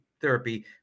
therapy